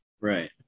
right